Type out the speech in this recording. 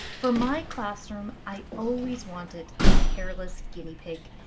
for my classroom, i always wanted a hairless guinea pig.